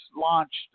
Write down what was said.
launched